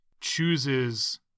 chooses